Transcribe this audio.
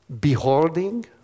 Beholding